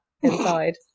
inside